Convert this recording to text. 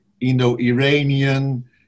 Indo-Iranian